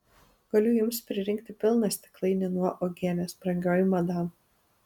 galiu jums pririnkti pilną stiklainį nuo uogienės brangioji madam